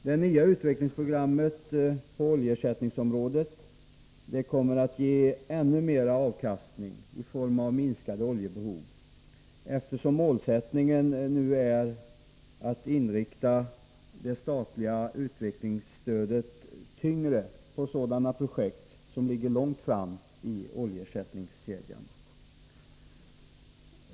Det nya investeringsprogrammet på oljeersättningsområdet kommer att ge ännu mer avkastning i form av minskade oljebehov, eftersom målsättningen nu är att med större kraft än tidigare inrikta det statliga utvecklingsstödet på sådana projekt som ligger långt fram i oljeersättningskedjan.